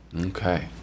Okay